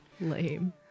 lame